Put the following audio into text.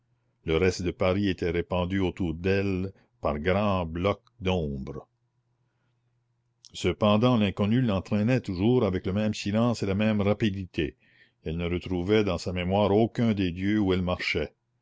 le reste de paris était répandu autour d'elle par grands blocs d'ombre cependant l'inconnu l'entraînait toujours avec le même silence et la même rapidité elle ne retrouvait dans sa mémoire aucun des lieux où elle marchait